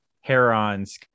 Heron's